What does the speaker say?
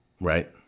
Right